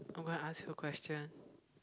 I'm gonna ask you a question